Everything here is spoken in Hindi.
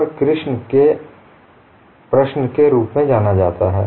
और किर्स्च की प्रश्न के रूप में जाना जाता है